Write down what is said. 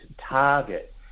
target